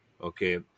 Okay